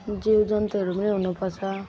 जीवजन्तुहरू पनि हुनुपर्छ